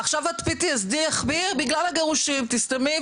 עכשיו ה-PTSD החמיר בגלל הגירושין.